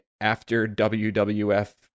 after-WWF